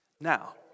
Now